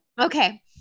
okay